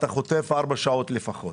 אתה "חוטף" לפחות ארבע שעות נסיעה.